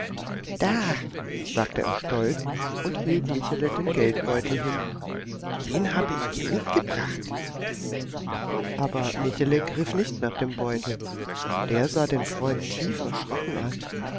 da sagte er stolz und hielt michele den geldbeutel hin den habe ich dir mitgebracht aber michele griff nicht nach dem beutel der sah den freund tief erschrocken an